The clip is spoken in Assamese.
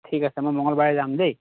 ঠিক আছে মই মংগলবাৰে যাম দেই